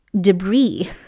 debris